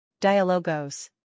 Dialogos